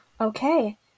Okay